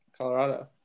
Colorado